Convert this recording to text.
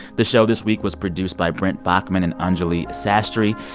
the show this week was produced by brent baughman and anjuli sastry.